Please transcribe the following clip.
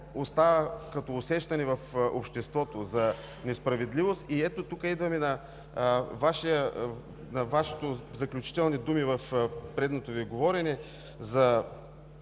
остава като усещане в обществото за несправедливост. Ето тук идваме на Вашите заключителни думи в предишното Ви изказване за